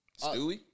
Stewie